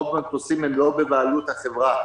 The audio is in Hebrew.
רוב המטוסים הם לא בבעלות החברה,